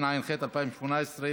תשע"ח 2018,